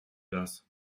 das